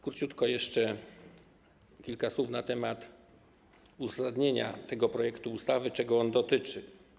Króciutko jeszcze kilka słów na temat uzasadnienia tego projektu ustawy, czego on dotyczy.